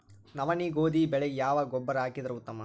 ನವನಿ, ಗೋಧಿ ಬೆಳಿಗ ಯಾವ ಗೊಬ್ಬರ ಹಾಕಿದರ ಉತ್ತಮ?